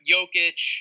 Jokic